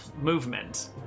movement